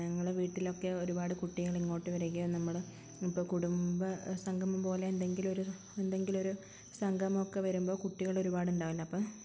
ഞങ്ങളുടെ വീട്ടിലൊക്കെ ഒരുപാട് കുട്ടികളിങ്ങോട്ട് വരികയും നമ്മളിപ്പോള് കുടുംബസംഗമം പോലെ എന്തെങ്കിലുമൊരു സംഗമമൊക്കെ വരുമ്പോള് കുട്ടികളൊരുപാട് ഉണ്ടാവില്ലേ അപ്പോള്